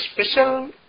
special